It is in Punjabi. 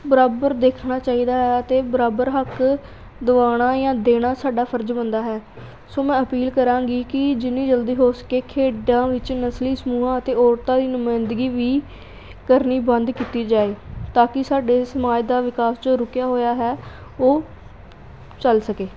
ਬਰਾਬਰ ਦੇਖਣਾ ਚਾਹੀਦਾ ਆ ਅਤੇ ਬਰਾਬਰ ਹੱਕ ਦਿਵਾਉਣਾ ਜਾਂ ਦੇਣਾ ਸਾਡਾ ਫਰਜ਼ ਬਣਦਾ ਹੈ ਸੋ ਮੈਂ ਅਪੀਲ ਕਰਾਂਗੀ ਕਿ ਜਿੰਨੀ ਜਲਦੀ ਹੋ ਸਕੇ ਖੇਡਾਂ ਵਿੱਚ ਨਸਲੀ ਸਮੂਹਾਂ ਅਤੇ ਔਰਤਾਂ ਦੀ ਨੁਮਾਇੰਦਗੀ ਵੀ ਕਰਨੀ ਬੰਦ ਕੀਤੀ ਜਾਏ ਤਾਂ ਕਿ ਸਾਡੇ ਸਮਾਜ ਦਾ ਵਿਕਾਸ ਜੋ ਰੁਕਿਆ ਹੋਇਆ ਹੈ ਉਹ ਚੱਲ ਸਕੇ